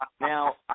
Now